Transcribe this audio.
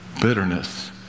bitterness